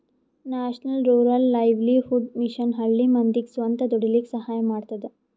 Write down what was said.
national rural livelihood mission ಹಳ್ಳಿ ಮಂದಿಗ್ ಸ್ವಂತ ದುಡೀಲಕ್ಕ ಸಹಾಯ ಮಾಡ್ತದ